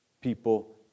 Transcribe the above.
people